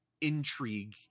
intrigue